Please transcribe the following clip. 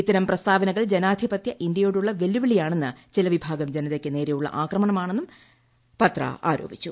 ഇത്തരം പ്രസ്താവനകൾ ജനാധിപത്യ ഇന്ത്യയോടുള്ള വെല്ലുവിളിയാണെന്നും ചില വിഭാഗം ജനതയ്ക്ക് നേരെയുള്ള ആക്രമണമാണെന്നും പത്ര ആരോപിച്ചു